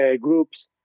groups